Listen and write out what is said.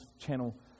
channel